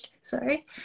sorry